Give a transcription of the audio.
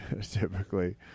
typically